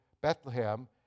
Bethlehem